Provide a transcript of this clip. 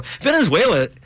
Venezuela